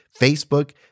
Facebook